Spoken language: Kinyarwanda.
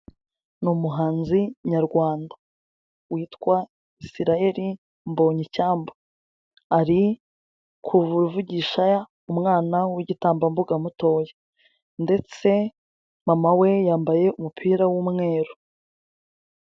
Ni umuhanzi nyarwanda, witwa Israel MBONYI icyambu, ari kuvuvugisha umwana w'igitambambuga mutoya ndetse mama we yambaye umupira w'umweru.